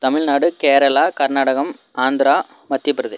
Tamil Nadu Kerala Karnataka Andhra Madhya Pradesh